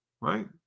right